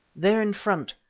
there, in front,